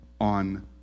on